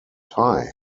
thai